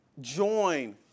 join